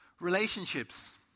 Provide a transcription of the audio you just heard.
Relationships